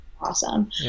awesome